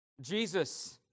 Jesus